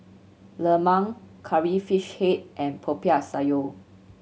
lemang Curry Fish Head and Popiah Sayur